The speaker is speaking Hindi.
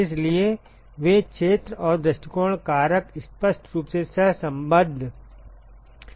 इसलिए वे क्षेत्र और दृष्टिकोण कारक स्पष्ट रूप से सहसंबद्ध हैं